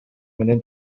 менен